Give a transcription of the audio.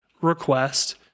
request